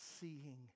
seeing